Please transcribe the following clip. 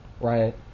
Right